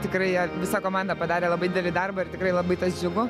tikrai jo visa komanda padarė labai didelį darbą ir tikrai labai džiugu